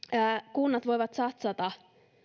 kunnat voivat satsata